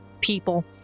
people